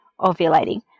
ovulating